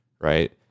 right